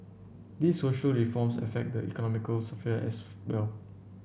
these social reforms affect the economic sphere as well